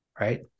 right